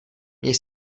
měj